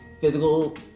physical